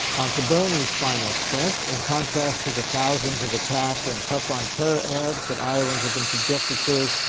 on to bernie's final sprint. in contrast to the thousands of attack and tough-on-terror ads that iowans have been subjected to,